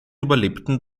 überlebten